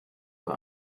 bei